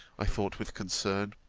i thought with concern